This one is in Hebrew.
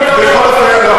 בכל אופן,